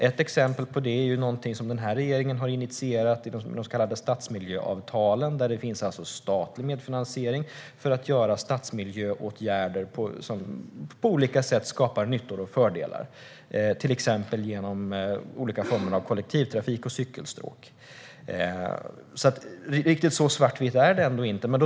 Ett exempel på det är någonting som den här regeringen har initierat, de så kallade stadsmiljöavtalen med statlig medfinansiering för att vidta stadsmiljöåtgärder som på olika sätt skapar nyttor, till exempel genom kollektivtrafik och cykelstråk. Riktigt så svartvitt är det ändå inte.